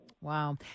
Wow